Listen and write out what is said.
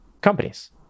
companies